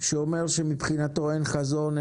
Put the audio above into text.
אומר שמבחינתו אין חזון,